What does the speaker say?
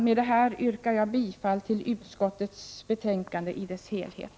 Med det här yrkar jag bifall till utskottets hemställan i dess helhet.